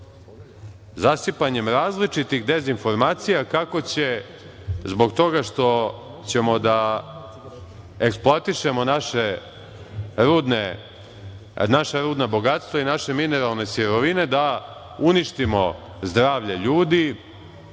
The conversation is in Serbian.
zasipanjem različitih dezinformacija kako će zbog toga što ćemo da eksploatišemo naša rudna bogatstva i naše mineralne sirovine, da uništimo zdravlje ljudi,